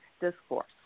discourse